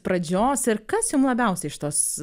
pradžios ir kas jum labiausiai iš tos